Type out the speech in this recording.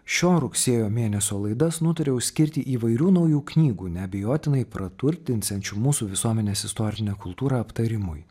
šio rugsėjo mėnesio laidas nutariau skirti įvairių naujų knygų neabejotinai praturtinsiančių mūsų visuomenės istorinę kultūrą aptarimui